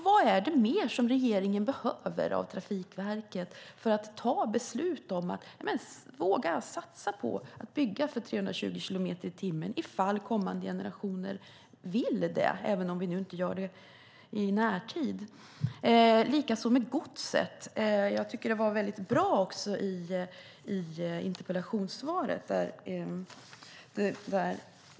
Vad är det mer som regeringen behöver av Trafikverket för att ta beslut och våga satsa på att bygga för 320 kilometer i timmen, ifall kommande generationer vill ha det, även om vi inte gör det i närtid? Beträffande godset tycker jag att det som står i interpellationssvaret är bra.